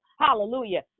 Hallelujah